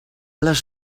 les